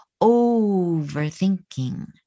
overthinking